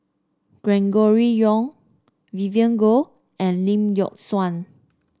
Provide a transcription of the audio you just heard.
Gregory Yong Vivien Goh and Lee Yock Suan